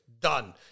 Done